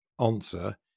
Answer